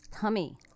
tummy